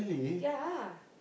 ya